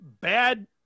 bad